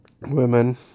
women